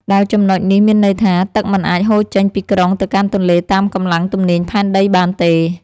ដែលចំណុចនេះមានន័យថា ទឹកមិនអាចហូរចេញពីក្រុងទៅកាន់ទន្លេតាមកម្លាំងទំនាញផែនដីបានទេ។